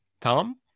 Tom